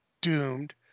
Doomed